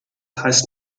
heißt